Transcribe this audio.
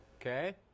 Okay